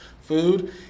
food